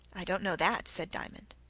i don't know that, said diamond.